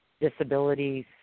disabilities